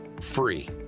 free